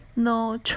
No